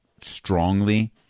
strongly